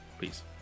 Peace